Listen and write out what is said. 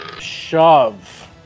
Shove